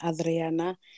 Adriana